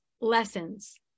lessons